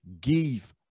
give